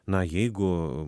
na jeigu